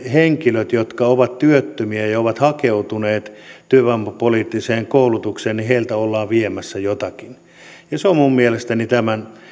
henkilöiltä jotka ovat työttömiä ja ja ovat hakeutuneet työvoimapoliittiseen koulutukseen ollaan viemässä jotakin se on minun mielestäni tämän